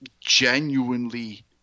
genuinely